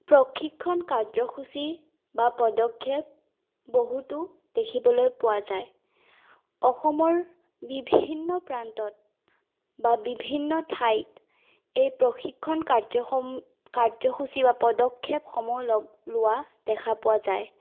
প্ৰশিক্ষণ কাৰ্যসূচী বা পদক্ষেপ বহুতো দেখিবলৈ পোৱা যায় অসমৰ বিভিন্ন প্ৰান্তত বা বিভিন্ন ঠাইত এই প্ৰশিক্ষণ কাৰ্যসমূহ কাৰ্যসূচী বা পদক্ষেপসমূহ লোৱা দেখা পোৱা যায়